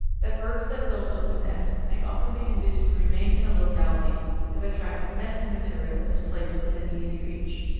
that birds that build open nests may often be induced to remain in a locality if attractive nesting material is placed within easy reach.